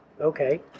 Okay